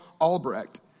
Albrecht